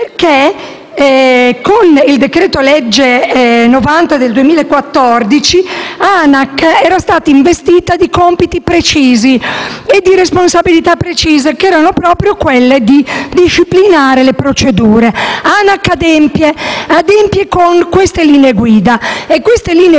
con il decreto-legge n. 90 del 2014 l'ANAC era stata investita di compiti e di responsabilità precise, che erano proprio quelle di disciplinare le procedure. ANAC adempie con queste linee guida che vogliono